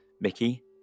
Mickey